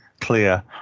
clear